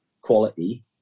quality